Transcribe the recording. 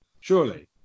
Surely